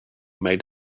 made